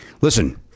Listen